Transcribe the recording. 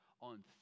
on